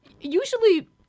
usually